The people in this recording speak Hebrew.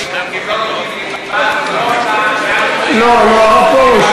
תפסיקו תקציב לחרדים כי הם לא לומדים ליבה,